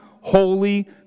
holy